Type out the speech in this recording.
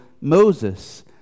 Moses